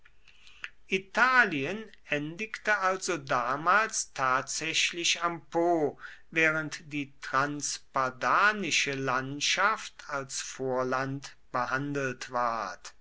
italien endigte also damals tatsächlich am po während die transpadanische landschaft als vorland behandelt ward